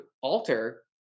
alter